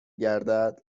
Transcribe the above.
گردد